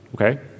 Okay